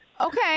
Okay